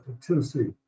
Tennessee